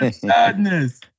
Sadness